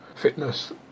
fitness